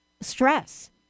stress